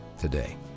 today